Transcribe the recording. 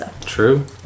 True